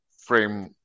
frame